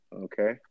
Okay